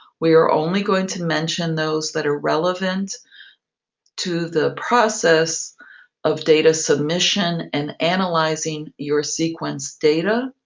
we are only going to mention those that are relevant to the process of data submission and analyzing your sequence data.